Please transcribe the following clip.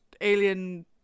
alien